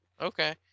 Okay